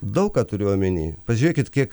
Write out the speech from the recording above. daug ką turiu omeny pasižiūrėkit kiek